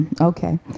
okay